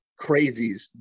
crazies